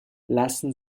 lassen